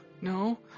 no